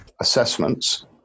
assessments